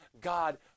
God